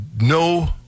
no